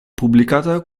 pubblicata